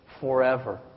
forever